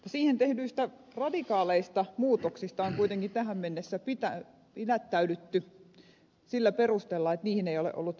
siihen tehdyistä radikaaleista muutoksista on kuitenkin tähän mennessä pidättäydytty sillä perusteella että niihin ei ole ollut varaa